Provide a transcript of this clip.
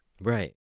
Right